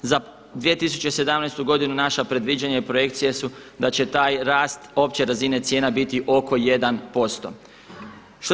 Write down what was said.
Za 2017. godinu naša predviđanja i projekcije su da će taj rast opće razine cijena biti oko 1 posto.